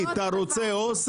אתה רוצה אוסם?